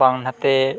ᱵᱟᱝ ᱱᱟᱛᱮ